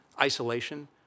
isolation